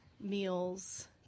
meals